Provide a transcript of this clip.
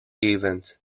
event